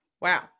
Wow